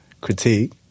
critique